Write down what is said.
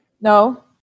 no